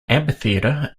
amphitheatre